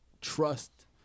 trust